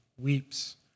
weeps